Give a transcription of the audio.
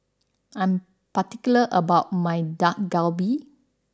I am particular about my Dak Galbi